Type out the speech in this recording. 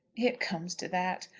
it comes to that.